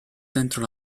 dentro